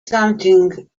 something